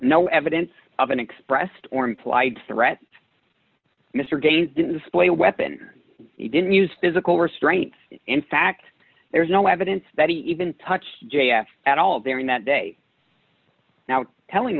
no evidence of an expressed or implied threat mr gaines didn't display a weapon he didn't use physical restraints in fact there's no evidence that he even touched j f k at all during that day now telling